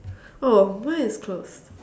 oh mine is closed